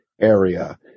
area